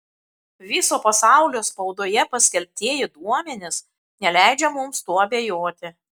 viso pasaulio spaudoje paskelbtieji duomenys neleidžia mums tuo abejoti